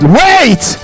wait